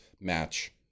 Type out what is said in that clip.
match